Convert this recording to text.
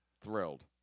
thrilled